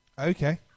Okay